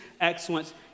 excellence